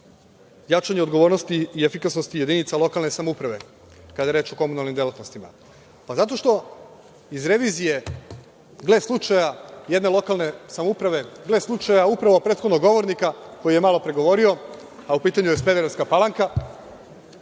jačanje odgovornosti i efikasnosti jedinica lokalne samouprave kada je reč o komunalnim delatnostima? Zato što iz revizije, gle slučaja, jedne lokalne samouprave, gle slučaja, upravo prethodnog govornika koji je malopre govorio, a u pitanju je Smederevska Palanka,